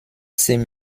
same